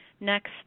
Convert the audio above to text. Next